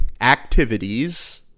activities